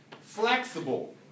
Flexible